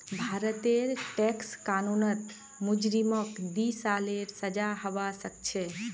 भारतेर टैक्स कानूनत मुजरिमक दी सालेर सजा हबा सखछे